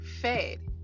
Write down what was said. fed